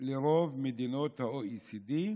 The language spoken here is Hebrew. לרוב מדינות ה-OECD,